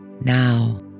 Now